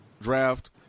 draft